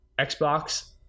xbox